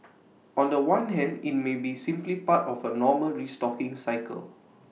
on The One hand IT may be simply part of A normal restocking cycle